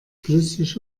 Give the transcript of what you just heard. flüssig